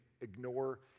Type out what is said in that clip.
ignore